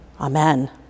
Amen